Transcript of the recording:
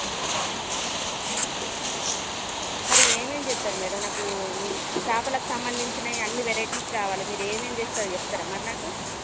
మరి ఏమేం చేస్తారు మేడం నాకు చేపలకి సంబంధించినవి అన్నీ వెరైటీస్ కావాలి మీరు ఏమేం చేస్తారు చెప్తారా మరి నాకు